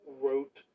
wrote